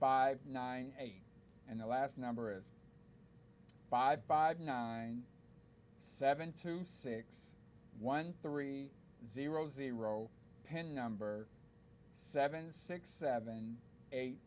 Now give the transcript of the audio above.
five nine eight and the last number is five five nine seven two six one three zero zero pin number seven six seven eight